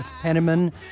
Penniman